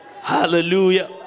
Hallelujah